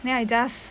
then I just